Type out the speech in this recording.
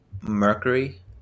Mercury